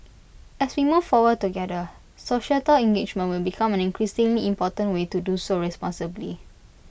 as we move forward together societal engagement will become an increasingly important way to do so responsibly